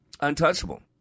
untouchable